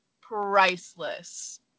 priceless